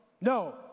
No